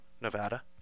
Nevada